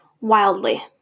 wildly